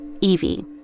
Evie